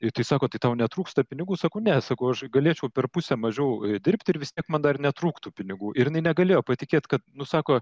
ir tai sako tai tau netrūksta pinigų sako ne sakau aš galėčiau per pusę mažiau dirbti ir vis tiek man dar netrūktų pinigų ir jinai negalėjo patikėt kad nu sako